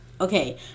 okay